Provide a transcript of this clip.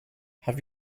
have